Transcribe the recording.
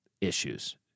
issues